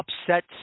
upset